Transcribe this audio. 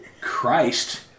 Christ